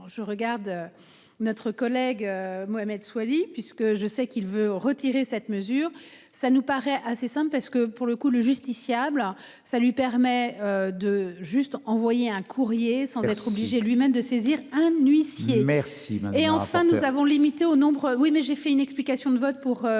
je regarde. Notre collègue Mohamed Soilihi puisque je sais qu'il veut retirer cette mesure. Ça nous paraît assez simple parce que pour le coup le justiciable. Ça lui permet de juste envoyé un courrier sans être obligé lui-même de saisir un huissier. Et enfin nous